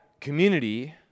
community